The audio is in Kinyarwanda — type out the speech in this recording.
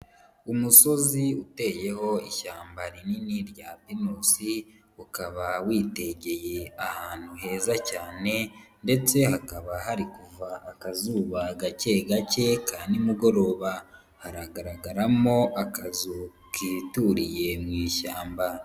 Umusozi uteyeho ishyamba rinini rya pinusi, ukaba witegeye ahantu heza cyane ndetse hakaba hari kuva akazuba gake gake ka nimugoroba, haragaragaramo akazu kituriye mu ishyamba.